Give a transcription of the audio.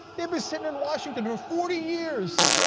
they've been sitting in washington for forty years,